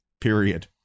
Period